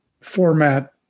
format